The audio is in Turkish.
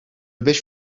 beş